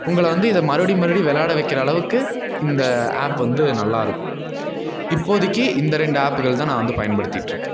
உங்களை வந்து இதை மறுபடியும் மறுபடியும் விளயாட வைக்கிற அளவுக்கு இந்த ஆப் வந்து நல்லா இருக்கும் இப்போதிக்கு இந்த ரெண்டு ஆப்புகள் தான் நான் வந்து பயன்படுத்திட்டிருக்கேன்